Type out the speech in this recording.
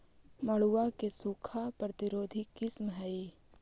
मड़ुआ के सूखा प्रतिरोधी किस्म हई?